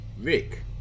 Rick